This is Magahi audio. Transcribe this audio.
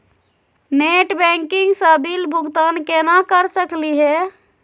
नेट बैंकिंग स बिल भुगतान केना कर सकली हे?